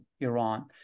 iran